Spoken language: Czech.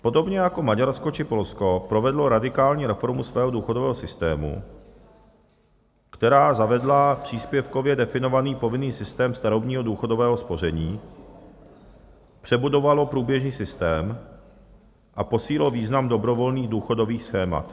Podobně jako Maďarsko či Polsko provedlo radikální reformu svého důchodového systému, která zavedla příspěvkově definovaný povinný systém starobního důchodového spoření, přebudovalo průběžný systém a posílilo význam dobrovolných důchodových schémat.